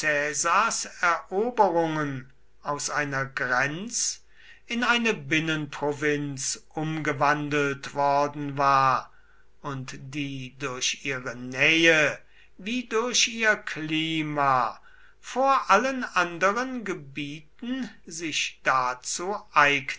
eroberungen aus einer grenz in eine binnenprovinz umgewandelt worden war und die durch ihre nähe wie durch ihr klima vor allen anderen gebieten sich dazu